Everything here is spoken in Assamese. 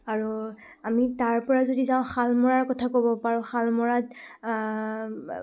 আৰু আমি তাৰপৰা যদি যাওঁ শালমৰাৰ কথা ক'ব পাৰোঁ শালমৰাত